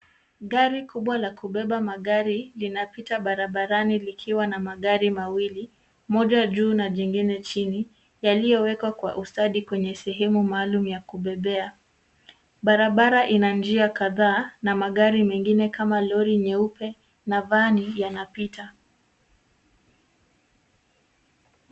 Gari kubwa la kubeba magari linapita barabarani likiwa na magari mawili, moja juu na jingine chini yaliyowekwa kwa ustadhi kwenye sehemu maalum ya kubebea. Barabara ina njia kadhaa na magari mengine kama vile lori nyeupe na vani yanapita.